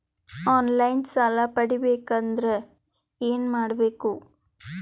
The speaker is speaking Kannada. ಆನ್ ಲೈನ್ ಸಾಲ ಪಡಿಬೇಕಂದರ ಏನಮಾಡಬೇಕು?